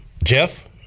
Jeff